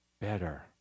better